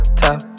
top